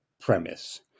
premise